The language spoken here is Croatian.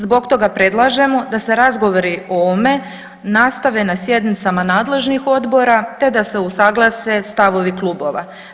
Zbog toga predlažemo da se razgovori o ovome nastave na sjednicama nadležnih odbora, te da se usaglase stavovi klubova.